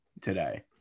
today